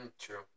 true